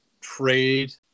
trade